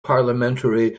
parliamentary